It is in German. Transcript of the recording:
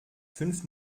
fünf